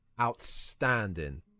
Outstanding